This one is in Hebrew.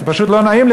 זה פשוט לא נעים לי,